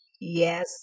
Yes